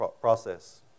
process